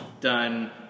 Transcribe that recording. done